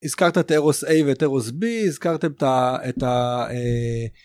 הזכרת את אירוס A ואת אירוס B, הזכרת את ה...